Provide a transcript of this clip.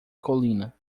colina